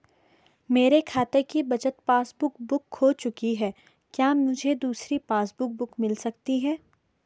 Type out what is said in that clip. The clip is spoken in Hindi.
मेरे खाते की बचत पासबुक बुक खो चुकी है क्या मुझे दूसरी पासबुक बुक मिल सकती है?